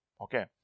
Okay